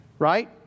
Right